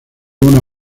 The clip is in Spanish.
una